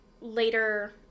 later